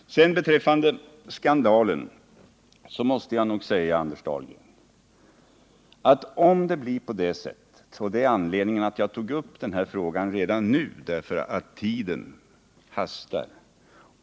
Jag talade om en skandal, Anders Dahlgren, och anledningen till att jag tog upp denna fråga redan nu är att tiden hastar.